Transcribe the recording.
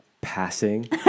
passing